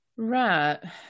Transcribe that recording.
Right